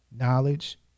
knowledge